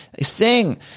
sing